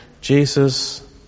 Jesus